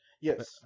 yes